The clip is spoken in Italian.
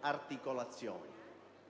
articolazioni.